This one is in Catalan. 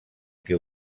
que